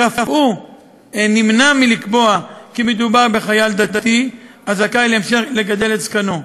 ואף הוא נמנע מלקבוע כי מדובר בחייל דתי הזכאי להמשיך לגדל את זקנו.